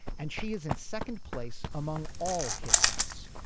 and she is in second place among all hit acts.